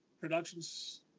productions